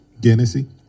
Guinnessy